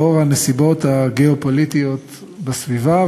לאור הנסיבות הגיאו-פוליטיות בסביבה,